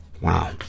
Wow